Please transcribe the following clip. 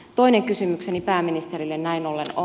toinen kysymykseni pääministerille näin ollen on